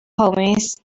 homies